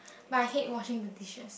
but I hate washing the dishes